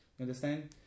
understand